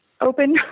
open